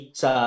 sa